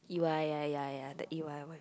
E_Y yeah yeah yeah tje E_Y one